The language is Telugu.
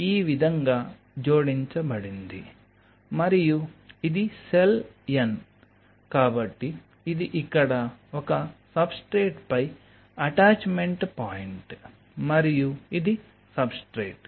ఇది ఈ విధంగా జోడించబడింది మరియు ఇది సెల్ n కాబట్టి ఇది ఇక్కడ ఒక సబ్స్ట్రేట్పై అటాచ్మెంట్ పాయింట్ మరియు ఇది సబ్స్ట్రేట్